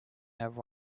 have